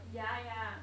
yeah yeah